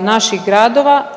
naših gradova